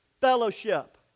fellowship